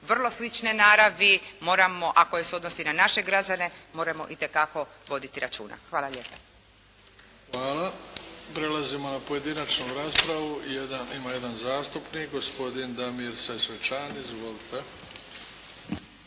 vrlo slične naravi a koje se odnosi na naše građane moramo itekako voditi računa. Hvala lijepa. **Bebić, Luka (HDZ)** Hvala. Prelazimo na pojedinačnu raspravu. Ima jedan zastupnik, gospodin Damir Sesvečan. Izvolite.